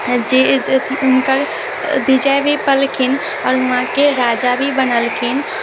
जीत हुनकर विजय भी पैलखिन आओर वहाँके राजा भी बनलखिन